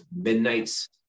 Midnight's